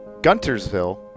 Guntersville